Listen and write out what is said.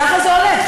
ככה זה הולך.